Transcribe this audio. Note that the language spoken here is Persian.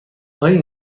آیا